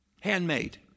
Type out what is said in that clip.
Handmade